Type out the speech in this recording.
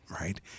Right